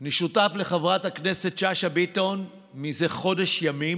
אני שותף לחברת הכנסת שאשא ביטון זה חודש ימים.